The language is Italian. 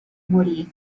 morì